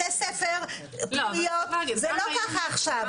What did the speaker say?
בתי ספר, פנימיות זה לא ככה עכשיו.